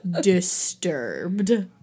disturbed